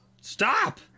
stop